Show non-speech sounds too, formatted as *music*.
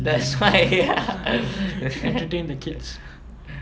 that's why *laughs*